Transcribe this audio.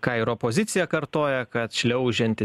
ką ir opozicija kartoja kad šliaužianti